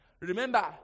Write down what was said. Remember